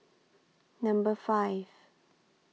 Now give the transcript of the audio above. Number five